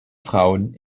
frauen